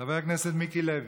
חבר הכנסת מיקי לוי,